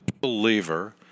believer